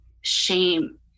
shame